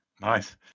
Nice